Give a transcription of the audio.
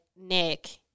Nick